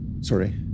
sorry